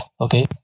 okay